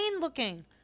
looking